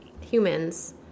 humans